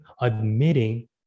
admitting